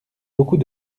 beaucoup